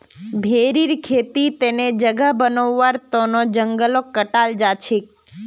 भेरीर खेतीर तने जगह बनव्वार तन जंगलक काटाल जा छेक